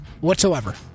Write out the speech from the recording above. whatsoever